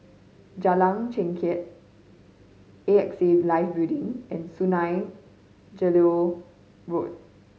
Jalan Chengkek A X A Life Building and Sungei Gedong Road